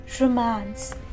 romance